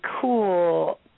cool